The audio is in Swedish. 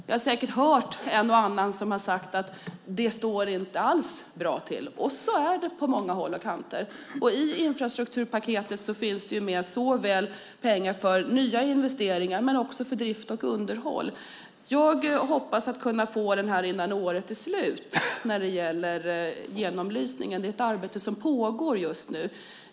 Ni har säkert hört en och annan som har sagt att det inte alls står bra till, och så är det på många håll och kanter. I infrastrukturpaketet finns det med pengar för såväl nya investeringar som drift och underhåll. Jag hoppas att kunna få resultatet av genomlysningen innan året är slut. Det är ett arbete som pågår just nu.